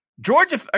Georgia